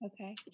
okay